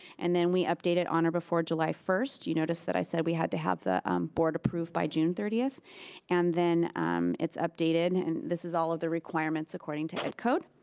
and then we update it on or before july first. you noticed that i said we had to have the um board approved by june thirtieth and then it's updated and this is all of the requirements according to ed code.